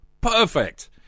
Perfect